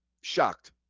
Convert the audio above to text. shocked